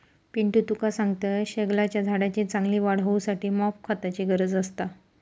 पिंटू तुका सांगतंय, शेगलाच्या झाडाची चांगली वाढ होऊसाठी मॉप खताची गरज असता